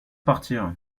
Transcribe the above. partir